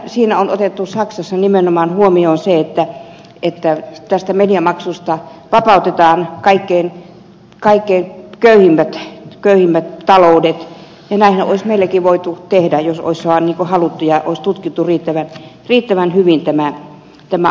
saksassa on otettu nimenomaan huomioon se että mediamaksusta vapautetaan kaikkein köyhimmät taloudet ja näinhän olisi meilläkin voitu tehdä jos olisi vaan haluttu ja olisi tutkittu riittävän hyvin tämä asia